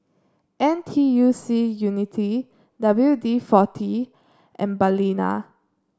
N T U C Unity W D forty and Balina